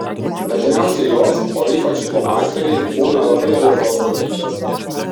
dažniausiai jos o ypač flomasteriai būna labai blogos kokybės